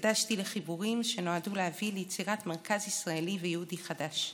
הקדשתי לחיבורים שנועדו להביא ליצירת מרכז ישראלי ויהודי חדש.